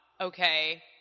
Okay